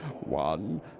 One